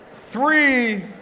three